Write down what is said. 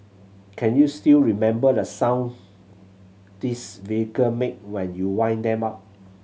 can you still remember the sound these vehicle make when you wind them up